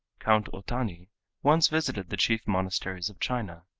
count otani once visited the chief monasteries of china.